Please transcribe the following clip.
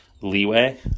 leeway